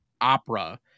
opera